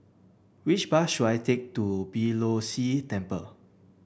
which bus should I take to Beeh Low See Temple